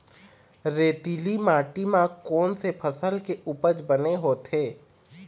रेतीली माटी म कोन से फसल के उपज बने होथे?